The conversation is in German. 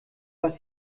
was